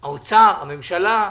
האוצר, הממשלה,